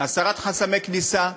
הסרת חסמי כניסה,